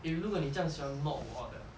if 如果你这样喜欢 mock 我的